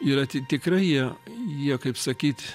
yra ti tikrai jie jie kaip sakyt